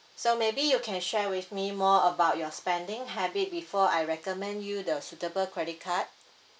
so maybe you can share with me more about your spending habit before I recommend you the suitable credit card